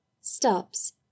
Stops